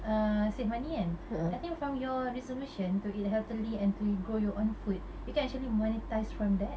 err save money kan I think from your resolution to eat healthily and to grow your own food you can actually monetise from that